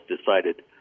decided